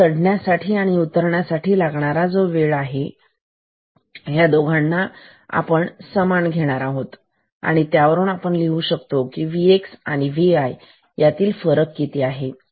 आणि हा चढण्यासाठी आणी उतरण्यासाठी लागणारा वेळ सारखाच आहे ह्या दोघांना मी समान करत आहे आणि त्यावरून आपण लिहू शकतो Vx आणि Vy यातील फरक किती आहे